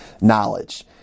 knowledge